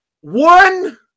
One